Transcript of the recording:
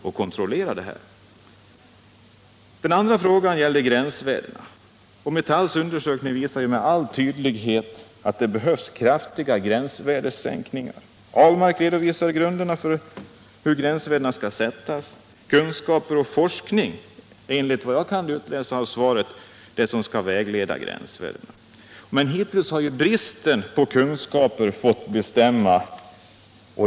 Om åtgärder för att Den andra frågan gällde gränsvärdena. Metalls undersökning visar med = förhindra skador av all tydlighet att det behövs kraftiga gränsvärdessänkningar. Per Ahlmark farliga lösningsmeredovisar grunderna för hur gränsvärdena skall sättas. Enligt vad jag del kan utläsa av svaret är det kunskaper och forskning som skall vara vägledande när man bestämmer gränsvärdena. Men hittills har ju bristen på kunskaper fått bestämma.